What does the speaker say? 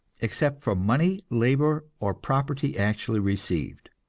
except for money, labor, or property actually received.